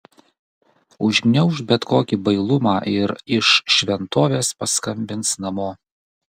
užgniauš bet kokį bailumą ir iš šventovės paskambins namo